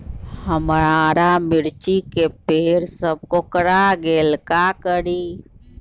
हमारा मिर्ची के पेड़ सब कोकरा गेल का करी?